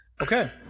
Okay